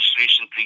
recently